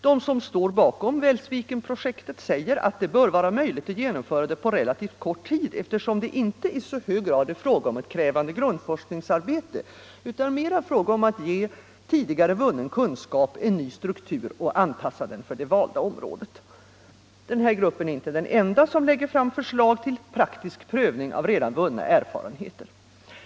De som står bakom Välsvikenprojektet säger att det bör vara möjligt att genomföra det på relativt kort tid, eftersom det inte i så hög grad är fråga om ett krävande grundforskningsarbete utan mera om att ge redan tidigare vunnen kunskap en ny struktur och att anpassa den för det valda området. Denna grupp är inte den enda som lägger fram förslag till praktisk prövning av redan vunna erfarenheter.